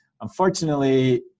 Unfortunately